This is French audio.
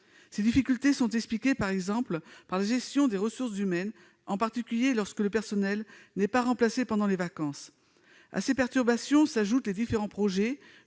Ces difficultés sont notamment des difficultés de gestion des ressources humaines, en particulier lorsque le personnel n'est pas remplacé pendant les vacances. À ces perturbations s'ajoutent les différents projets